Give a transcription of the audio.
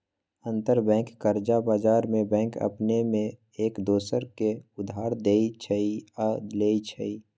अंतरबैंक कर्जा बजार में बैंक अपने में एक दोसर के उधार देँइ छइ आऽ लेइ छइ